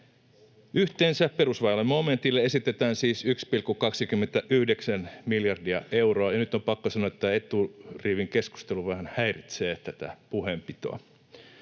Yhteensä perusväylämomentille esitetään siis 1,29 miljardia euroa. — Ja nyt on pakko sanoa, että eturivin keskustelu vähän häiritsee tätä puheenpitoa.